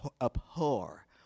Abhor